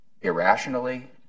irrationally